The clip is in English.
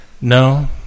No